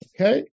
Okay